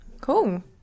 cool